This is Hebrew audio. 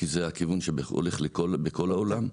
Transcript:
כי זה הכיוון שהולך בכל העולם.